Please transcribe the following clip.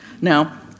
Now